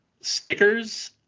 stickers